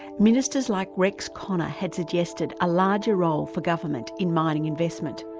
ministers like rex connor had suggested a larger role for government in mining investment.